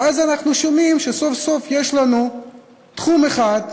ואז אנחנו שומעים שסוף-סוף יש לנו תחום אחד,